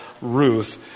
Ruth